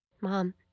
Mom